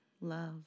love